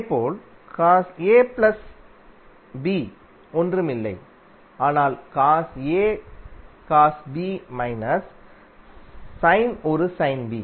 இதேபோல் cos A plus B ஒன்றும் இல்லை ஆனால் cos A cos B minus sine ஒரு சைன் B